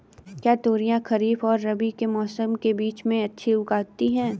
क्या तोरियां खरीफ और रबी के मौसम के बीच में अच्छी उगती हैं?